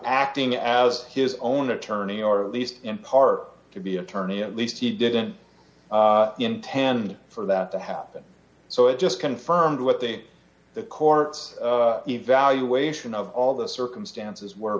acting as his own attorney or at least in part to be attorney at least he didn't intend for that to happen so it just confirmed what they the courts evaluation of all the circumstances were